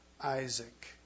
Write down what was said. Isaac